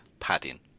padding